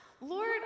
Lord